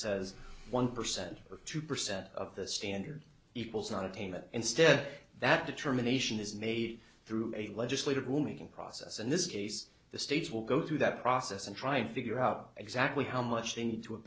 says one percent of two percent of the standard equals nonpayment instead that determination is made through a legislative woman process and this case the states will go through that process and try to figure out exactly how much they need to